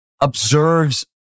observes